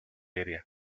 area